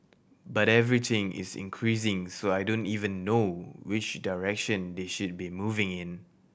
but everything is increasing so I don't even know which direction they should be moving in